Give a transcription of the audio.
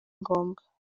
ngombwa